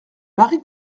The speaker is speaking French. marie